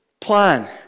plan